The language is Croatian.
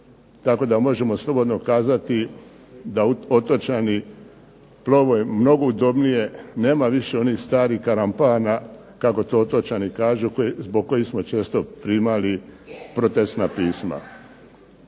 tako da možemo slobodno kazati da otočani plove mnogo udobnije. Nema više onih starih karampana kako to otočani kažu zbog kojih smo često primali protestna pisma.